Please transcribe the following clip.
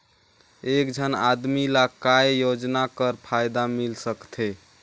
एक झन आदमी ला काय योजना कर फायदा मिल सकथे?